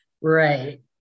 Right